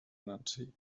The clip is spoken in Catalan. nancy